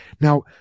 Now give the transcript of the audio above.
Now